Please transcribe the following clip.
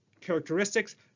characteristics